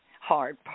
hard